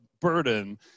burden